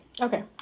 Okay